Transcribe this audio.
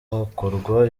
hakorwa